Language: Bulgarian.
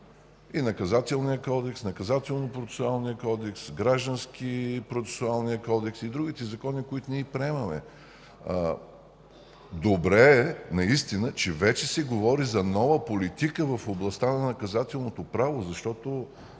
– Наказателния кодекс, Наказателнопроцесуалния кодекс, Гражданския процесуален кодекс и другите закони, които ние приемаме. Добре е наистина, че вече се говори за нова политика в областта на наказателното право.